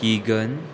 Keegan